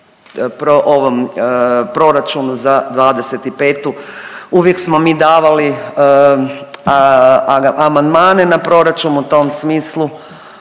ovom proračunu za 2025. uvijek smo mi davali amandmane na proračun u tom smislu,